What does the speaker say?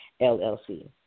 LLC